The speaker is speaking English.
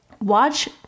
watch